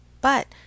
But